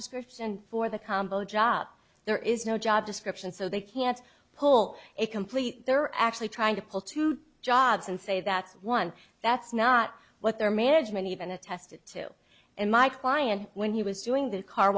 description for the combo job there is no job description so they can't pull a complete they're actually trying to pull two jobs and say that's one that's not what their management even attested to in my client when he was doing the car